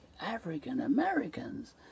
African-Americans